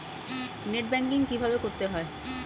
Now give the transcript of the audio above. Net banking কীভাবে করতে হয়?